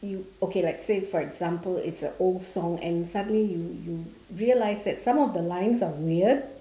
you okay like say for example it's a old song and suddenly you you realize that some of the lines are weird